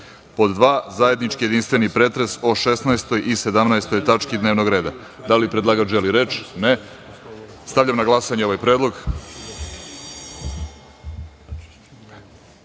pod dva: zajednički jedinstveni pretres o 16. i 17. tački dnevnog reda. Da li predlagač želi reč? Ne. Stavljam na glasanje ovaj